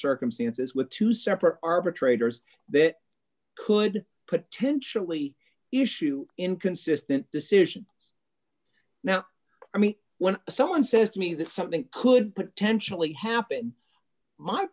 circumstances with two separate arbitrator's that could potentially issue inconsistent decisions now i mean when someone says to me that something could potentially happen my